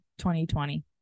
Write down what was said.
2020